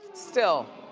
still.